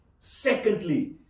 Secondly